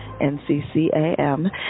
NCCAM